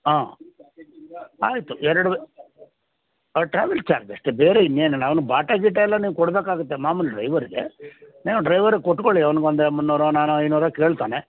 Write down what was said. ಹಾಂ ಆಯ್ತು ಎರ್ಡು ಟ್ರಾವೆಲ್ ಚಾರ್ಜ್ ಅಷ್ಟೇ ಬೇರೆ ಇನ್ನೇನಿಲ್ಲ ಅವ್ನ ಬಾಟಾ ಗಿಟಾ ಎಲ್ಲ ಕೊಡಬೇಕಾಗುತ್ತೆ ನೀವು ಮಾಮೂಲಿ ಡ್ರೈವರ್ಗೆ ನೀವು ಡ್ರೈವರ್ಗೆ ಕೊಟ್ಕೊಳ್ಳಿ ಅವ್ನಿಗೆ ಒಂದು ಮೂನ್ನೂರೋ ನಾನೂರೋ ಐನೂರೋ ಕೇಳ್ತಾನೆ